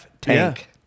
tank